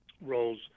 roles